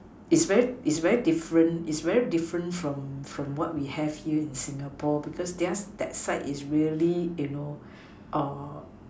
is very is very different is very different from from what we have here in Singapore because theirs that side is really you know